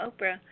Oprah